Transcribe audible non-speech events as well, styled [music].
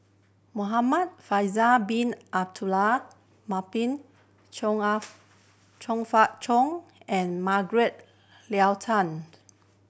Muhamad Faisal Bin Abdul Manap Chong [unintelligible] Chong Fah Chong and Margaret [unintelligible] Tan